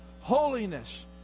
holiness